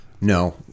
no